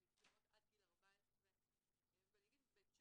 2017. באמת